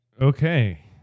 Okay